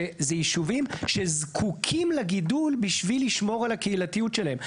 שזה יישובים שזקוקים לגידול בשביל לשמור על הקהילתיות שלהם.